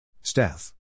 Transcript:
Staff